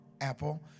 apple